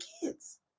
kids